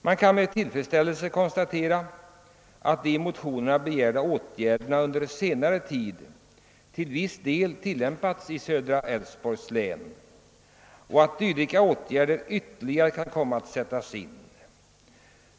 Man kan med tillfredsställelse konstatera att en del av de i motionerna begärda åtgärderna under senare tid vidtagits i södra Älvsborgs län och att ytterligare sådana åtgärder kan komma att sättas in.